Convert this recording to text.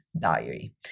diary